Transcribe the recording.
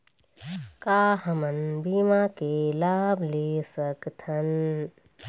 का हमन बीमा के लाभ ले सकथन?